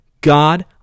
God